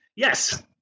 Yes